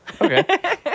Okay